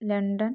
London